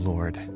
Lord